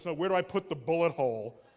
so where do i put the bullet hole?